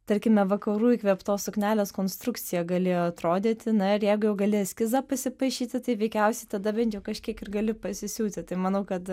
tarkime vakarų įkvėptos suknelės konstrukcija galėjo atrodyti na ir jeigu jau gali eskizą pasipaišyti tai veikiausiai tada bent jau kažkiek ir gali pasisiūti tai manau kad